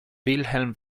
wilhelm